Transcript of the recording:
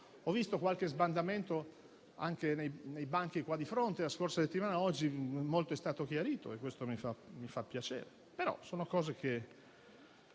Ho visto qualche sbandamento anche nei banchi di fronte a me la scorsa settimana; oggi molto è stato chiarito e questo mi fa piacere, però sono cose che